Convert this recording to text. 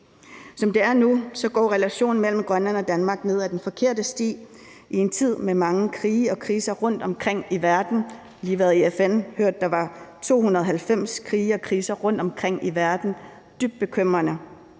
Som det er nu, går relationen mellem Grønland og Danmark ned ad den forkerte sti i en tid med mange krige og kriser rundtomkring i verden. Jeg har lige været i FN og hørt, at der var 290 krige og kriser rundtomkring i verden, og det er dybt bekymrende.